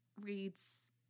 reads